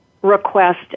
request